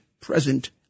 present